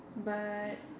but